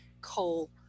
coal